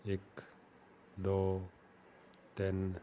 ਇੱਕ ਦੋ ਤਿੰਨ